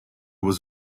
was